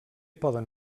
poden